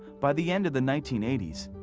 by the end of the nineteen eighty s,